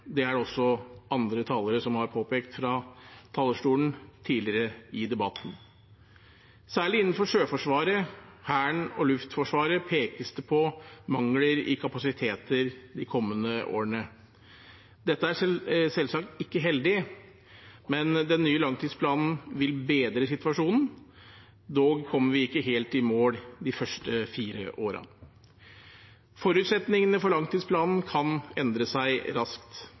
Det er det også andre talere som har påpekt fra talerstolen tidligere i debatten. Særlig innenfor Sjøforsvaret, Hæren og Luftforsvaret pekes det på mangler i kapasiteter de kommende årene. Dette er selvsagt ikke heldig, men den nye langtidsplanen vil bedre situasjonen. Dog kommer vi ikke helt i mål de første fire årene. Forutsetningene for langtidsplanen kan endre seg raskt.